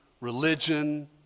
religion